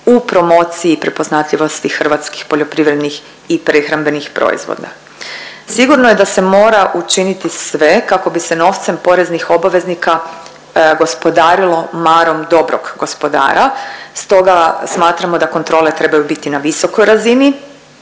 u promociji prepoznatljivosti hrvatskih poljoprivrednih i prehrambenih proizvoda. Sigurno da se mora učiniti sve kako bi se novcem poreznih obveznika gospodarilo marom dobrog gospodara, stoga smatramo da kontrole trebaju biti na visokoj razini,